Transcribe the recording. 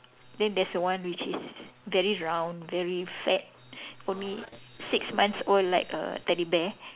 then there's one which is very round very fat only six months old like a teddy bear